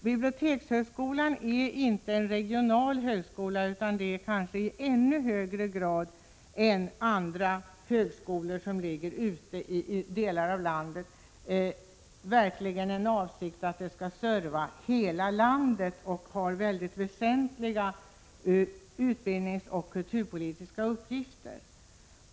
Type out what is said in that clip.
Bibliotekshögskolan är inte en regional högskola, utan avsikten med den är kanske i ännu högre grad än som gäller andra högskolor ute i andra delar av landet att verkligen serva hela landet. Den har en väldigt väsentlig utbildningsoch kulturpolitisk uppgift.